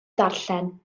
darllen